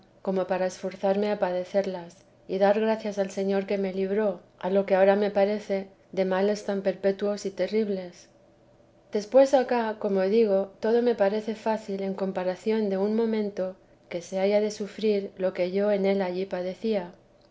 como para esforzarme a padecerlas y dar gracias al señor que me libró a lo que ahora me parece de males tan perpetuos y terribles después acá como digo todo me parece fácil en comparación de un momento que se haya de sufrir lo que yo en él allí padecí